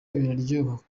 biraryoha